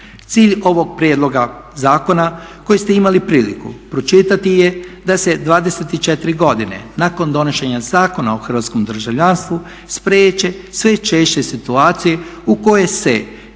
Cilj ovog prijedloga zakona koji ste imali priliku pročitati je da se 25 godine nakon donošenja Zakona o hrvatskom državljanstvu spriječe sve češće situacije u koje se